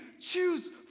Choose